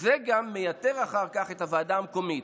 זה גם מייתר אחר כך את הוועדה המקומית.